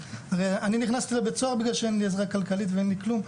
הרי אני נכנסתי לבית סוהר בגלל שאין לי עזרה כלכלית ואין לי כלום.